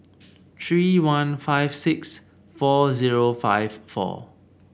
three one five six four zero five four